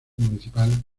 municipal